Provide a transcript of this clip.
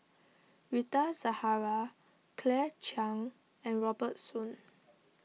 Rita Zahara Claire Chiang and Robert Soon